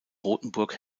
rothenburg